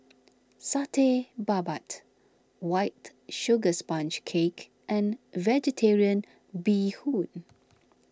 Satay Babat White Sugar Sponge Cake and Vegetarian Bee Hoon